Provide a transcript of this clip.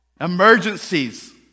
Emergencies